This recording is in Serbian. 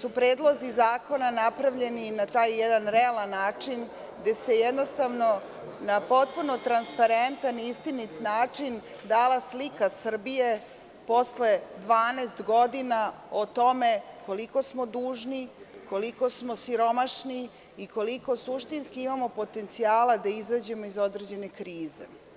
su predlozi zakona napravljeni na taj jedan realan način gde se jednostavno na potpuno transparentan i istinit način dala slika Srbije posle 12 godina, o tome koliko smo dužni, koliko smo siromašni i koliko suštinski imamo potencijala da izađemo iz određene krize.